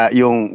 yung